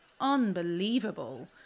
unbelievable